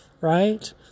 right